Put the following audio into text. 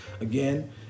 Again